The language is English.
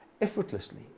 effortlessly